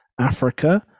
Africa